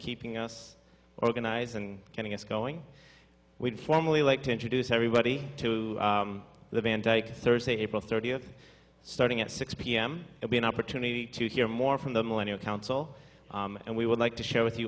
keeping us organized and getting us going with family like to introduce everybody to the vandyke thursday april thirtieth starting at six p m to be an opportunity to hear more from the millennial council and we would like to share with you